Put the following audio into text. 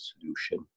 solution